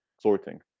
sorting